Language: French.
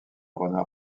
renard